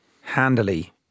handily